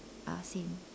ah same